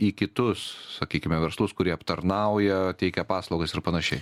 į kitus sakykime verslus kurie aptarnauja teikia paslaugas ir panašiai